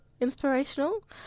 inspirational